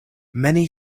many